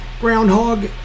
groundhog